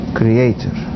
creator